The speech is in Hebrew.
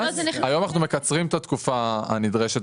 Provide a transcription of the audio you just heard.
והיום אנחנו מקצרים את התקופה הנדרשת